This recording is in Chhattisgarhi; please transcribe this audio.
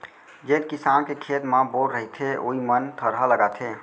जेन किसान के खेत म बोर रहिथे वोइ मन थरहा लगाथें